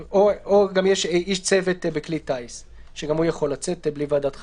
יש גם איש צוות בכלי טייס שגם הוא יכול לצאת בלי ועדת חריגים.